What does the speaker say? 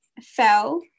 fell